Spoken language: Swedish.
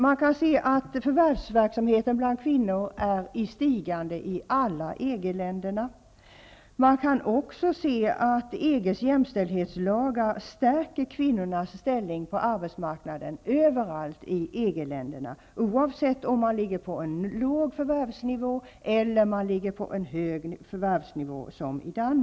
Man kan se att förvärvsverksamheten bland kvinnor är i stigande i alla EG-länder. Man kan också se att EG:s jämställdshetslagar stärker kvinnornas ställning på arbetsmarknaden överallt i EG-länderna, oavsett om de ligger på en låg förvärvsnivå eller som i Danmark på en hög förvärvsnivå.